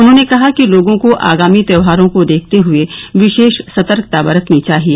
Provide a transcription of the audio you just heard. उन्होने कहा कि लोगों को आगामी त्योहारों को देखते हए विशेष सतर्कता बरतनी चाहिए